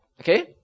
okay